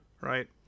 Right